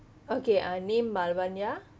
okay uh name malvania